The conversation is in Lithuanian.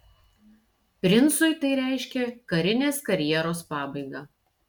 princui tai reiškė karinės karjeros pabaigą